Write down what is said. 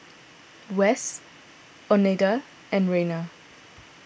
Wess oneida and Rayna